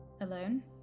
Alone